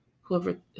Whoever